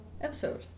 episode